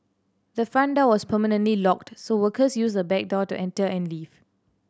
the front door was permanently locked so workers used the back door to enter and leave